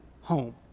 home